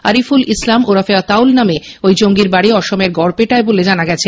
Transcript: আরিফুল ইসলাম ওরফে আতাউল নামে ঐ জঙ্গীর বাড়ি অসমের বরপেটায় বলে জানা গেছে